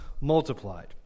multiplied